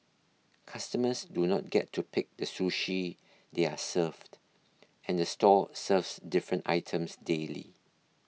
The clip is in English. customers do not get to pick the sushi they are served and the store serves different items daily